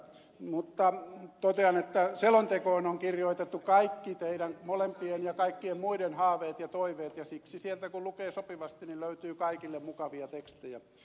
mutta totean että selontekoon on kirjoitettu kaikki teidän molempien ja kaikkien muiden haaveet ja toiveet ja siksi sieltä kun lukee sopivasti löytyy kaikille mukavia tekstejä